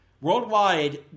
worldwide